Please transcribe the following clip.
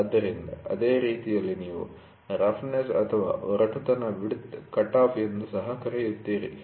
ಆದ್ದರಿಂದ ಅದೇ ರೀತಿಯಲ್ಲಿ ನೀವು ರಫ್ನೆಸ್ಒರಟುತನ ವಿಡ್ತ್ ಕಟಾಫ್ ಎಂದು ಸಹ ಕರೆಯುತ್ತೀರಿ